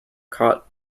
cot